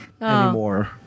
anymore